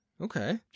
okay